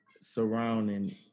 surrounding